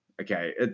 Okay